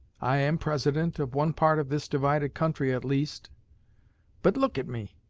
i am president of one part of this divided country at least but look at me!